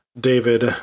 David